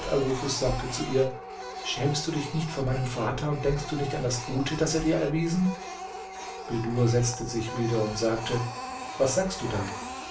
nufus sagte zu ihr schämst du dich nicht vor meinem vater und denkst du nicht an das gute das er dir erwiesen bedur setzte sich wieder und sagte was sagst du da